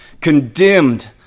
condemned